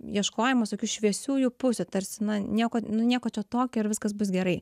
ieškojimas tokių šviesiųjų pusių tarsi na nieko nieko čia tokio ir viskas bus gerai